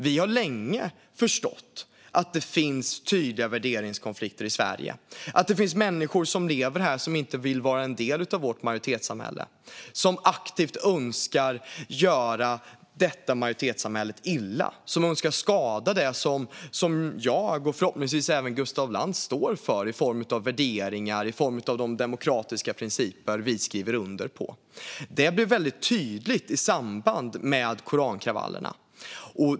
Vi har länge förstått att det finns tydliga värderingskonflikter i Sverige och att det finns människor som lever här som inte vill vara en del av vårt majoritetssamhälle utan aktivt vill göra det illa - som önskar skada det som jag och förhoppningsvis även Gustaf Lantz står för, i form av värderingar och de demokratiska principer vi skriver under på. Detta blev väldigt tydligt i samband med korankravallerna.